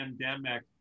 pandemic